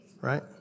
Right